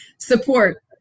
Support